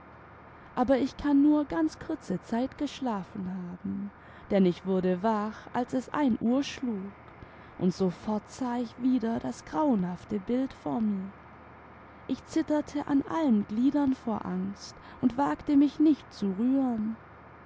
aber ich kann nur ganz kurze zeit gesdhlafen haben denn ich wiirde wach als es ein uhr schlug und sofort sah ich wieder das grauenhafte bild vor mir ich zitterte an allen gliedern vor angst und wagte mich nicht zu rühren